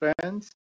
friends